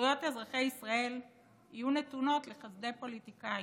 שזכויות אזרחי ישראל יהיו נתונות לחסדי פוליטיקאים.